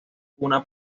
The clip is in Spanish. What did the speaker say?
una